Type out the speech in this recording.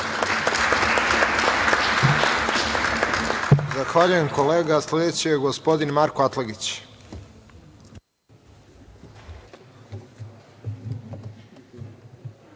Zahvaljujem. Sledeći je gospodin Marko Atlagić.